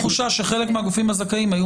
יש לי תחושה שחלק מהגופים הזכאים היו